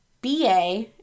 BA